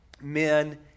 men